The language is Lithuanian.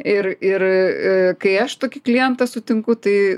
ir ir kai aš tokį klientą sutinku tai